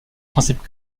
principes